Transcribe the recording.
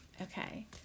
Okay